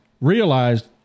realized